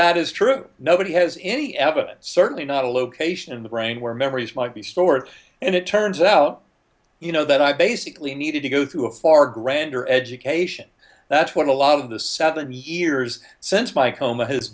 is true nobody has any evidence certainly not a location in the brain where memories might be stored and it turns out you know that i basically needed to go through a far grander education that's what a lot of the seven years since my com